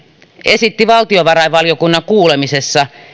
esitti valtiovarainvaliokunnan kuulemisessa